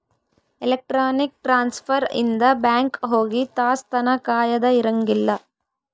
electronic transfer ಇಂದ bank ಹೋಗಿ ತಾಸ್ ತನ ಕಾಯದ ಇರಂಗಿಲ್ಲ